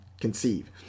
conceive